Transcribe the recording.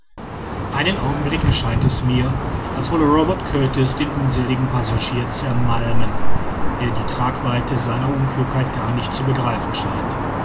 einen augenblick erscheint es mir als wolle robert kurtis den unseligen passagier zermalmen der die tragweite seiner unklugheit gar nicht zu begreifen scheint